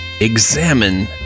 examine